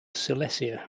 silesia